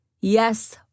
Yes